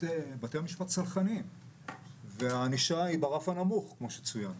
למשטרה יש את הקשיים שלה בהתמודדות עם הסיטואציה,